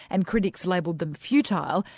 and critics labelled them futile,